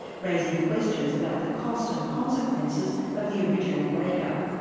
raising questions about the cost and consequences of the original break-up.